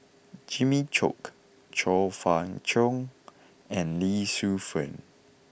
Jimmy Chok Chong Fah Cheong and Lee Shu Fen